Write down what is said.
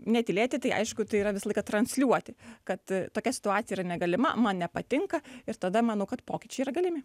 netylėti tai aišku tai yra visą laiką transliuoti kad tokia situacija yra negalima man nepatinka ir tada manau kad pokyčiai yra galimi